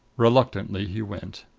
reluctantly he went.